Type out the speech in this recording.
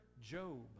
Job